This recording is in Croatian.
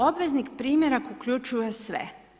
Obvezni primjerak uključuje sve.